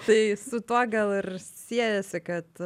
tai su tuo gal ir siejasi kad